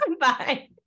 Bye